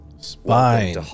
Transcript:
Spine